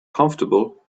comfortable